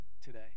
today